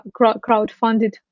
crowdfunded